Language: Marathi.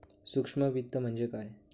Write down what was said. सूक्ष्म वित्त म्हणजे काय?